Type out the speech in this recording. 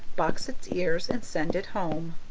box its ears and send it home.